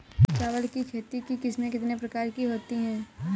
चावल की खेती की किस्में कितने प्रकार की होती हैं?